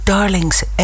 Darlings